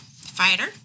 fighter